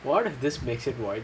why does this makes it white